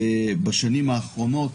כאשר בשנים האחרונות